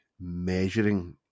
measuring